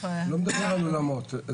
לא דיברתי על אולמות.